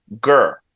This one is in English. Girl